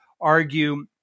argue